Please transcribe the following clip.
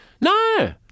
No